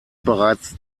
bereits